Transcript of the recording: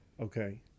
Okay